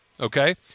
Okay